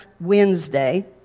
Wednesday